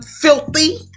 filthy